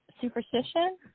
superstition